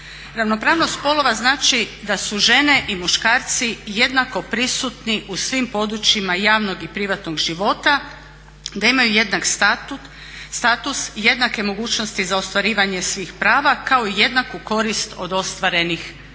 Ravnopravnost spolova znači da su žene i muškarci jednako prisutni u svim područjima javnog i privatnog života, da imaju jednak status, jednake mogućnosti za ostvarivanje svih prava kao i jednaku korist od ostvarenih